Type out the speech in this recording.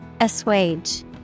Assuage